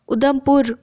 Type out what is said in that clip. Udhampur